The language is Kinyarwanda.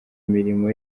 mirimo